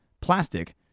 plastic